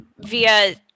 via